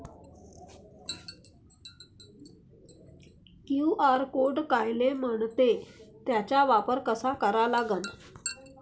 QR code कायले म्हनते, त्याचा वापर कसा करा लागन?